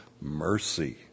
mercy